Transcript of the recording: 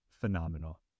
phenomenal